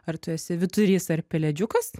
ar tu esi vyturys ar pelėdžiukas